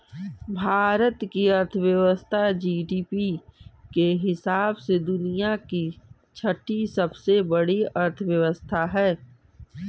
भारत की अर्थव्यवस्था जी.डी.पी के हिसाब से दुनिया की छठी सबसे बड़ी अर्थव्यवस्था है